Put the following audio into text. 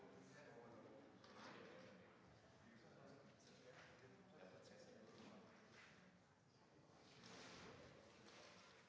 Tak.